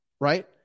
right